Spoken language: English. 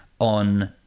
on